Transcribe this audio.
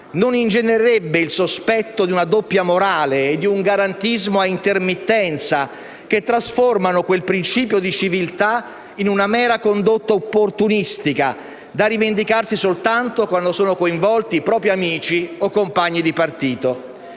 non ingenererebbe il sospetto di una doppia morale e di un garantismo a intermittenza, che trasformano quel principio di civiltà in una mera condotta opportunistica, da rivendicarsi soltanto quando sono coinvolti i propri amici o compagni di partito.